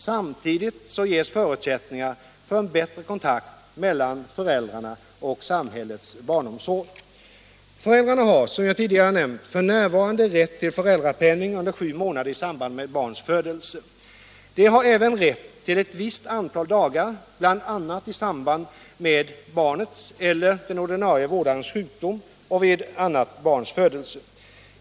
Samtidigt ges förutsättningar för en bättre kontakt mellan föräldrarna och samhällets barnomsorg. Föräldrarna har, som jag tidigare nämnt, f. n. rätt till föräldrapenning under sju månader i samband med barns födelse. De har även rätt till ett visst antal dagar, bl.a. i samband med barnets eller den ordinarie vårdarens sjukdom och vid annat barns födelse.